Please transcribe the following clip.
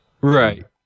right